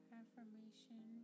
affirmation